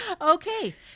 okay